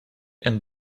and